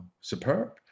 superb